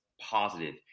positive